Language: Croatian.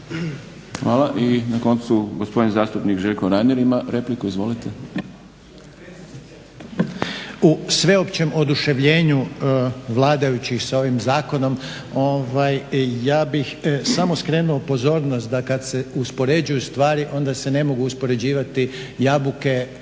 Hvala. I na koncu gospodin zastupnik Željko Reiner ima repliku. Izvolite. **Reiner, Željko (HDZ)** U sveopćem oduševljenju vladajućih sa ovim zakonom ja bih samo skrenuo pozornost da kada se uspoređuju stvari onda se ne mogu uspoređivati jabuke, kruške